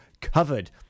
covered